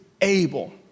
able